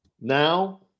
Now